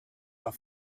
are